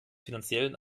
finanziellen